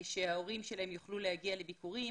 שההורים שלהן יוכלו להגיע לביקורים.